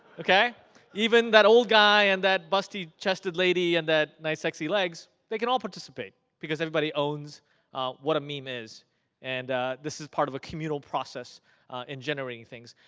even that old guy, and that busty chesty lady and that nice, sexy legs, they can all participate because everybody owns what a meme is and this is part of a communal process in generating things.